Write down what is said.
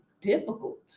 difficult